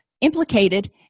implicated